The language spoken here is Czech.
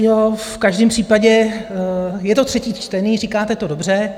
V každém případě je to třetí čtení, říkáte to dobře.